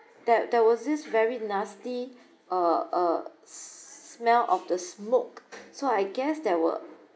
there there was this very nasty uh uh smell of the smoke so I guess that were